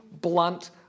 blunt